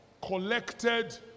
collected